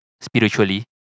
spiritually